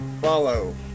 follow